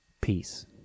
peace